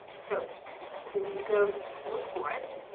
so when you go look for it,